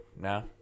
No